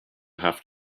have